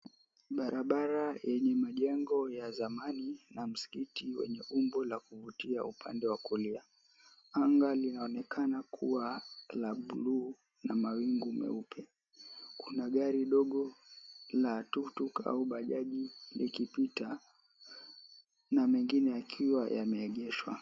Barabara yenye majengo ya zamani na Msikiti wenye umbo la kuvutia, upande wa kulia. Anga linaonekana kuwa la bluu na mawingu meupe. Kuna gari dogo la tukutuku au bajaji likipita na mengine yakiwa yameegeshwa.